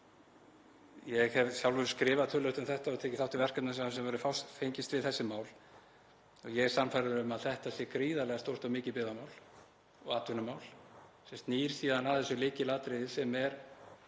Ég hef sjálfur skrifað töluvert um þetta og hef tekið þátt í verkefnum þar sem fengist er við þessi mál og ég er sannfærður um að þetta er gríðarlega stórt og mikið byggðamál og atvinnumál. Þetta snýr líka að þessu lykilatriði sem er